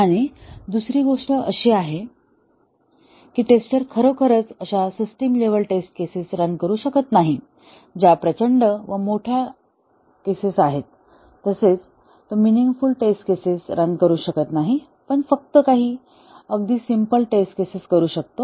आणि दुसरी गोष्ट अशी आहे की टेस्टर खरोखरच अशा system level test cases run करू शकत नाही ज्या प्रचंड वा मोठ्या केसेस आहेत तसेच तो मिनिंगफ़ुल टेस्ट केसेस रन करू शकत नाही पण फक्त काही अगदी सिम्पल टेस्ट केसेस करू शकतो